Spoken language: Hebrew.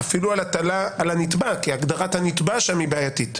על הנתבע כי הגדרת הנתבע שם היא בעייתית.